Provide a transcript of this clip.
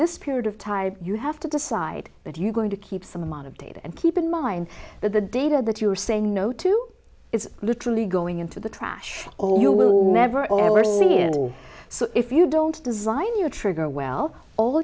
this period of time you have to decide that you're going to keep some amount of data and keep in mind that the data that you're saying no to is literally going into the trash or you will never ever think so if you don't design your trigger well